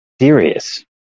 serious